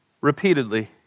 repeatedly